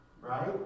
Right